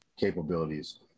capabilities